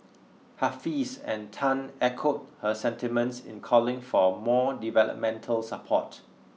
Hafiz and Tan echoed her sentiments in calling for more developmental support